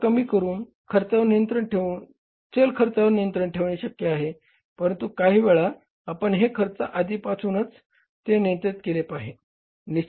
खर्च कमी करून खर्चावर नियंत्रण ठेवून चल खर्चावर नियंत्रण ठेवणे शक्य आहे परंतु काही वेळा आपण हे खर्च आधीपासून ते नियंत्रित केले आहे